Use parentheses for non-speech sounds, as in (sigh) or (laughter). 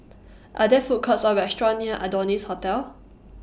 (noise) Are There Food Courts Or restaurants near Adonis Hotel